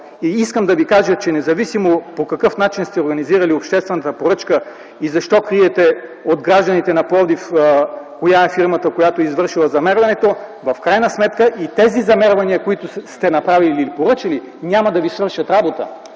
Искам да ви кажа, че, независимо по какъв начин сте организирали обществената поръчка и защо криете от гражданите на Пловдив коя е фирмата, която е извършила замерването, в крайна сметка и тези замервания, които сте направили и поръчали, няма да ви свършат работа,